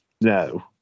No